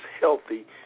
healthy